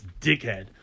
dickhead